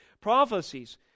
prophecies